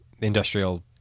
industrial